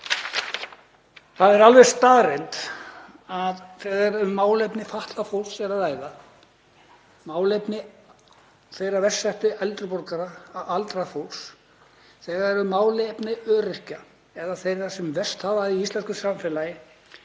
Það er alveg staðreynd að þegar um málefni fatlaðs fólks er að ræða, málefni þeirra verst settu, eldri borgara og aldraðs fólks, þegar um málefni öryrkja eða þeirra sem verst hafa það í íslensku samfélagi